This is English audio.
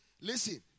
Listen